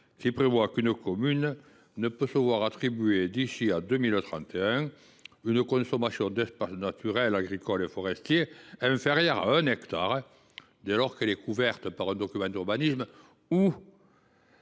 prévoyant qu’une commune ne peut se voir attribuer d’ici à 2031 une consommation d’espaces naturels, agricoles et forestiers inférieure à 1 hectare dès lors qu’elle est couverte par un document d’urbanisme